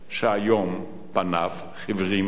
שהיום פניו חיוורים מאוד.